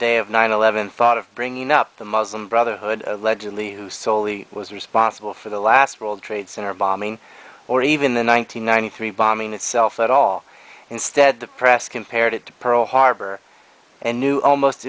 day of nine eleven thought of bringing up the muslim brotherhood allegedly who soley was responsible for the last world trade center bombing or even the one nine hundred ninety three bombing itself at all instead the press compared it to pearl harbor and knew almost